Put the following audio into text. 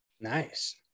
Nice